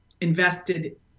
invested